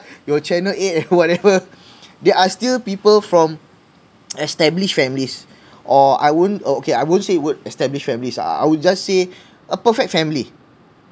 your channel eight and whatever there are still people from established families or I wouldn't oh okay I wouldn't say the word established families I would just say a perfect family